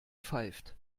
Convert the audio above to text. pfeift